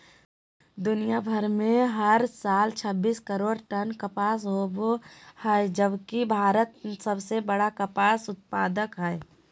दुनियां भर में हर साल छब्बीस करोड़ टन कपास होव हई जबकि भारत सबसे बड़ कपास उत्पादक हई